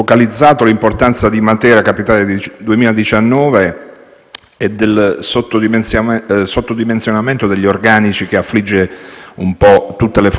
e del sottodimensionamento degli organici che affligge un po' tutte le Forze dell'ordine italiane e le Forze di sicurezza.